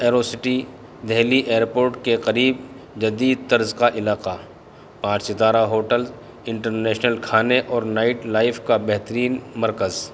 arrow city Delhi airport کے قریب جدید طرز کا علاقہ پانچ ستارہ ہوٹل انٹرنیشنل کھانے اور نائٹ لائف کا بہترین مرکز